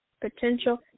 potential